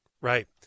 right